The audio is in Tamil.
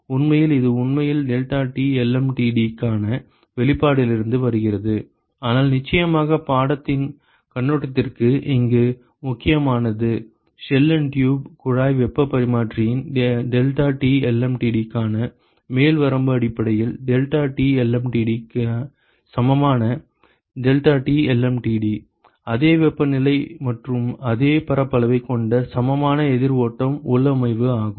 உண்மையில் இது உண்மையில் deltaTlmtd க்கான வெளிப்பாட்டிலிருந்து வருகிறது ஆனால் நிச்சயமாகக் பாடத்தின் கண்ணோட்டத்திற்கு இங்கு முக்கியமானது ஷெல் அண்ட் டியூப் குழாய் வெப்பப் பரிமாற்றியின் deltaTlmtd க்கான மேல் வரம்பு அடிப்படையில் deltaT lmtd சமமான deltaT lmtd அதே வெப்பநிலை மற்றும் அதே பரப்பளவைக் கொண்ட சமமான எதிர் ஓட்டம் உள்ளமைவு ஆகும்